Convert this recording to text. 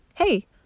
Hey